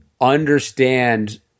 understand